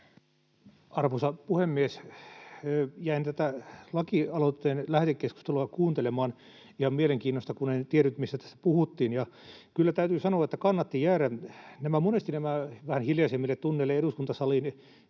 Arvoisa puhemies! Jäin tätä lakialoitteen lähetekeskustelua kuuntelemaan ihan mielenkiinnosta, kun en tiennyt, mistä tässä puhuttiin, ja kyllä täytyy sanoa, että kannatti jäädä. Monesti nämä vähän hiljaisemmille tunneille eduskuntasaliin